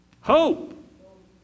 Hope